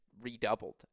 redoubled